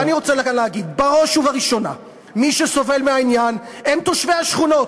ואני רוצה להגיד: בראש ובראשונה מי שסובלים מהעניין הם תושבי השכונות,